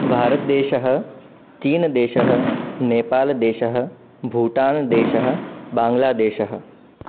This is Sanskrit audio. भारतदेशः चीनदेशः नेपालदेशः भूटानदेशः बाङ्ग्लादेशः